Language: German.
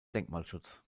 denkmalschutz